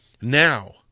Now